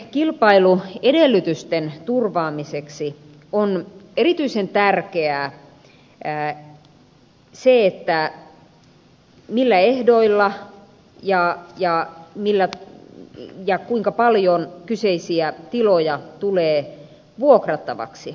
tasapuolisten kilpailuedellytysten turvaamiseksi on erityisen tärkeää se millä ehdoilla ja kuinka paljon kyseisiä tiloja tulee vuokrattavaksi